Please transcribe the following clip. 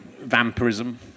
vampirism